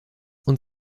und